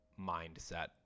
mindset